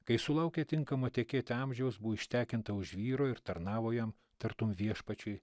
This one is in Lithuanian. kai sulaukė tinkamo tekėti amžiaus buvo ištekinta už vyro ir tarnavo jam tartum viešpačiui